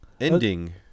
ending